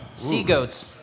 Seagoats